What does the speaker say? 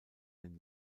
den